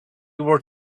worth